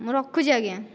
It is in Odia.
ମୁଁ ରଖୁଛି ଆଜ୍ଞା